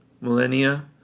millennia